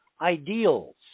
ideals